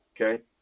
okay